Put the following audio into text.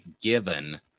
given